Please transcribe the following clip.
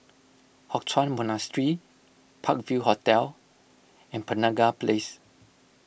Hock Chuan Monastery Park View Hotel and Penaga Place